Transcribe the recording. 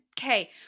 Okay